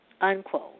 unquote